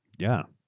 yeah.